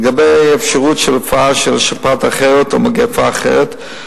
לגבי אפשרות של הופעה של שפעת אחרת או מגפה אחרת,